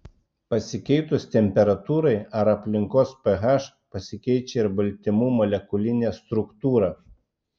pasikeitus temperatūrai ar aplinkos ph pasikeičia ir baltymų molekulinė struktūra